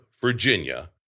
Virginia